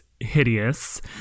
hideous